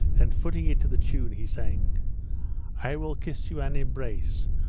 and footing it to the tune, he sang i will kiss you and embrace,